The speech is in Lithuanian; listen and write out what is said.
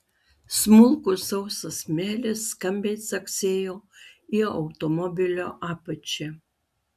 smulkus sausas smėlis skambiai caksėjo į automobilio apačią